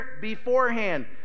beforehand